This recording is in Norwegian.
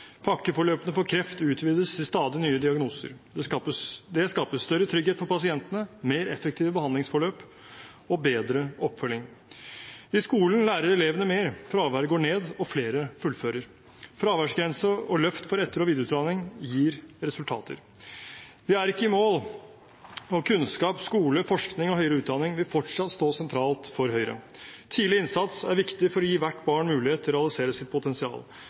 Pakkeforløpene for kreft utvides til stadig nye diagnoser. Det skaper større trygghet for pasientene, mer effektive behandlingsforløp og bedre oppfølging. I skolen lærer elevene mer, fraværet går ned, og flere fullfører. Fraværsgrense og løft for etter- og videreutdanning gir resultater. Vi er ikke i mål, og kunnskap, skole, forskning og høyere utdanning vil fortsatt stå sentralt for Høyre. Tidlig innsats er viktig for å gi hvert barn mulighet til å realisere sitt potensial.